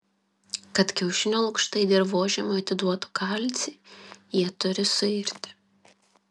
kad kiaušinio lukštai dirvožemiui atiduotų kalcį jie turi suirti